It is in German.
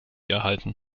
erhalten